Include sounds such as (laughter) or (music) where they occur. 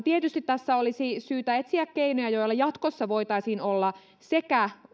(unintelligible) tietysti tässä olisi syytä etsiä keinoja joilla jatkossa voitaisiin sekä olla